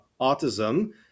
autism